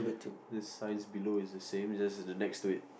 the signs below is the same just the next to it